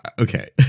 Okay